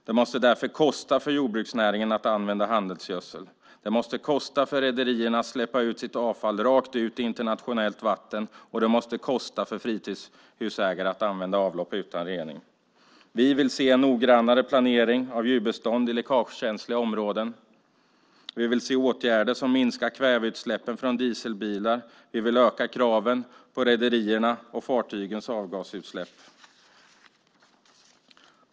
Det måste därför kosta för jordbruksnäringen att använda handelsgödsel, det måste kosta för rederierna att släppa ut sitt avfall rakt ut i internationellt vatten, och det måste kosta för fritidshusägare att använda avlopp utan rening. Vi vill se en noggrannare planering av djurbestånd i läckagekänsliga områden. Vi vill se åtgärder som minskar kväveutsläppen från dieselbilar. Vi vill öka kraven på rederierna när det gäller fartygens avgasutsläpp.